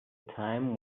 time